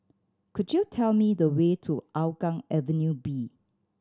could you tell me the way to Hougang Avenue B